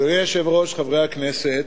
אדוני היושב-ראש, חברי הכנסת,